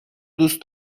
دوست